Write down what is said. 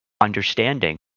understanding